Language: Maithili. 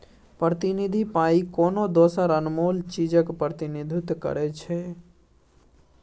प्रतिनिधि पाइ कोनो दोसर अनमोल चीजक प्रतिनिधित्व करै छै